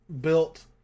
built